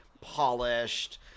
polished